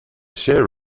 share